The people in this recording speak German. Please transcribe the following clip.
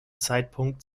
zeitpunkt